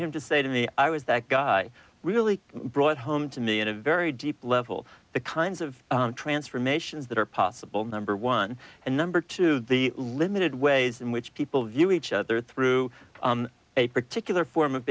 him to say to me i was that guy really brought home to me in a very deep level the kinds of transformations that are possible number one and number two the limited ways in which people view each other through a particular form of